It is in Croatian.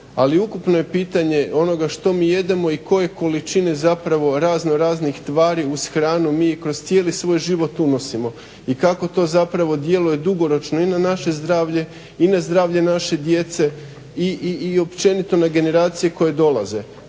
ali ukupno je pitanje onoga što mi jedemo i koje količine zapravo razno raznih tvari uz hranu mi kroz cijeli svoj život unosimo i kako to zapravo djeluje dugoročno i na naše zdravlje i na zdravlje naše djece i općenito na generacije koje dolaze